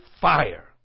fire